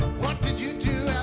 what did you do